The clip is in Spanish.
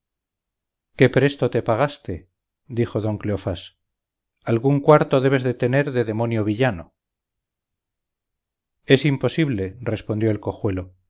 qué presto te pagaste dijo don cleofás algún cuarto debes de tener de demonio villano es imposible respondió el cojuelo